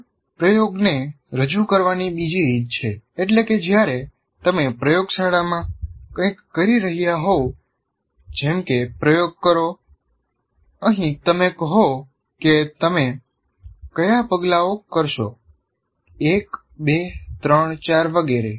સરળ પ્રયોગને રજૂ કરવાની બીજી રીત છે એટલે કે જ્યારે તમે પ્રયોગશાળામાં કંઈક કરી રહ્યા હોવ જેમ કે પ્રયોગ કરો અહીં તમે કહો કે તમે કયા પગલાંઓ કરશો 1 2 3 4 વગેરે